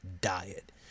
diet